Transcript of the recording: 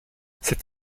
cet